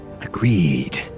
Agreed